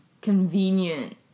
Convenient